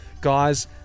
Guys